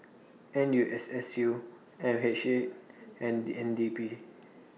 N U S S U L H A and N D P